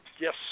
Yes